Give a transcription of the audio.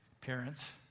Parents